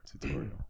Tutorial